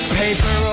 paper